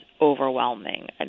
overwhelming